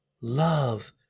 Love